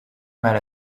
mal